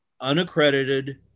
unaccredited